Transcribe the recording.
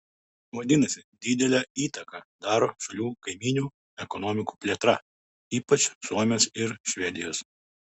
vadinasi didelę įtaką daro šalių kaimynių ekonomikų plėtra ypač suomijos ir švedijos